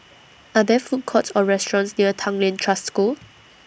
Are There Food Courts Or restaurants near Tanglin Trust School